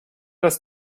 das